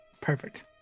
Perfect